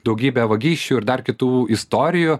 daugybė vagysčių ir dar kitų istorijų